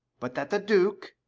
but that the duke,